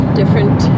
different